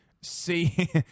see